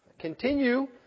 continue